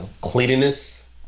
cleanliness